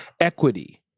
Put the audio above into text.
equity